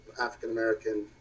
African-American